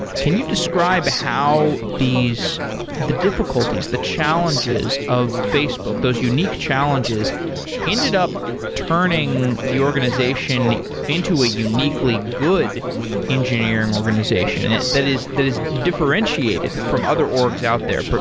can you describe how the difficulties, the challenges of facebook, those unique challenges ended up turning the organization into a uniquely good engineering organization that is that is differentiated from other orgs out there,